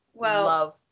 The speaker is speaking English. love